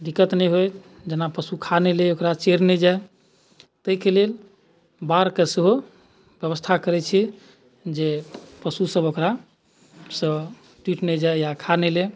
दिक्कत नहि होइ जेना पशु खा नहि लै ओकरा चरि नहि जाइ ताहिके लेल बाड़के सेहो बेबस्था करै छी जे पशुसब ओकरासँ टुटि नहि जाइ या खा नहि लै